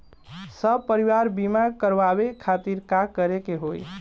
सपरिवार बीमा करवावे खातिर का करे के होई?